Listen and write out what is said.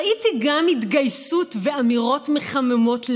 ראיתי גם התגייסות ואמירות מחממות לב,